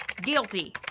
Guilty